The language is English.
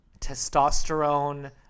testosterone